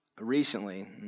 recently